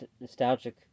nostalgic